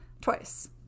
twice